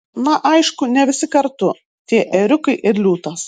na aišku ne visi kartu tie ėriukai ir liūtas